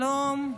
שלום,